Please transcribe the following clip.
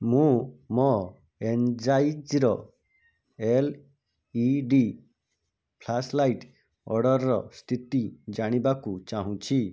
ମୁଁ ମୋ Energizer L E D flash light ଅର୍ଡ଼ର୍ର ସ୍ଥିତି ଜାଣିବାକୁ ଚାହୁଁଛି